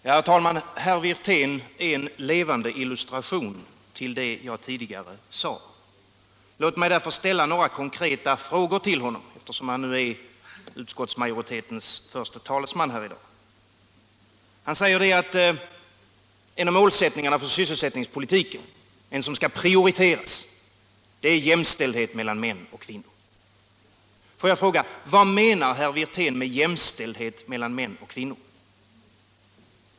Herr talman! Herr Wirtén är en levande illustration till det jag tidigare sade. Låt mig ställa några konkreta frågor till honom, eftersom han är utskottsmajoritetens förste talesman här i dag. Han säger att en av målsättningarna för sysselsättningspolitiken, den som skall prioriteras, är jämställdhet mellan män och kvinnor. Vad menar herr Wirtén med jämställdhet mellan män och kvinnor?